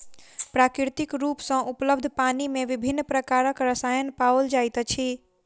प्राकृतिक रूप सॅ उपलब्ध पानि मे विभिन्न प्रकारक रसायन पाओल जाइत अछि